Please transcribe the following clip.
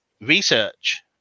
research